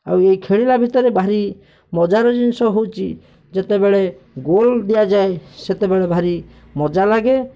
ଆଉ ଏହି ଖେଳିଲା ଭିତରେ ଭାରି ମଜାର ଜିନିଷ ହେଉଛି ଯେତେବେଳେ ଗୋଲ୍ ଦିଆଯାଏ ସେତେବେଳେ ଭାରି ମଜା ଲାଗେ